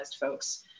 folks